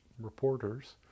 reporters